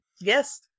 Yes